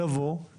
לבוא,